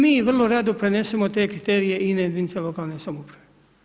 Mi vrlo rado prenesimo i te kriterije i na jedinice lokalne samouprave.